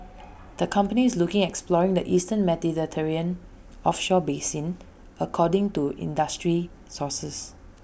the company is looking at exploring the eastern Mediterranean offshore basin according to industry sources